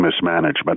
mismanagement